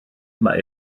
mae